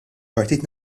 partit